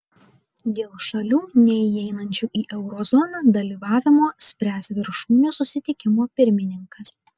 dėl šalių neįeinančių į euro zoną dalyvavimo spręs viršūnių susitikimo pirmininkas